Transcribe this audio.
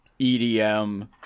EDM